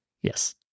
Yes